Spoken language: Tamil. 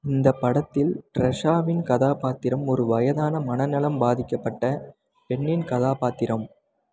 இந்த படத்தில் ட்ரெசாவின் கதாபாத்திரம் ஒரு வயதான மனநலம் பாதிக்கப்பட்ட பெண்ணின் கதாபாத்திரம்